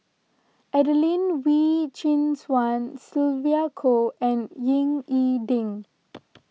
Adelene Wee Chin Suan Sylvia Kho and Ying E Ding